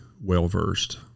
well-versed